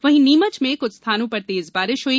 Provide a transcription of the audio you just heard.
वहीं नीमच में कुछ स्थानों पर तेज बारिश हुई